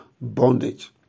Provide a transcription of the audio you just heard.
bondage